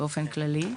באופן כללי.